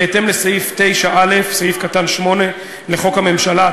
בהתאם לסעיף 9א(8) לחוק הממשלה,